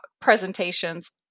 presentations